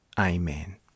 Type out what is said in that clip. Amen